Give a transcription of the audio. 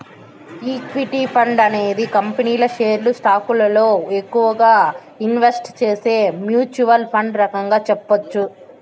equity fund అనేది కంపెనీల షేర్లు స్టాకులలో ఎక్కువగా ఇన్వెస్ట్ చేసే మ్యూచ్వల్ ఫండ్ రకంగా చెప్పొచ్చు